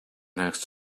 next